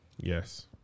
Yes